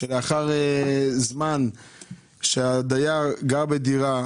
שלאחר זמן שהדייר גר בדירה,